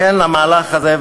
לכן למהלך הזה,